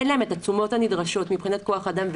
אין להם את התשומות הנדרשות מבחינת כוח אדם,